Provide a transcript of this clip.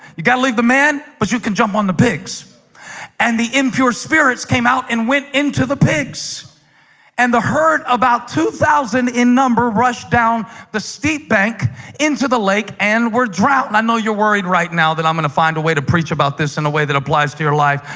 you gotta leave the man, but you can jump on the pigs and the impure spirits came out and went into the pigs and the herd about two thousand in number rushed down the steep bank into the lake and we're drought and i know you're worried right now that i'm gonna find a way to preach about this in a way that applies to your life,